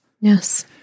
Yes